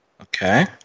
Okay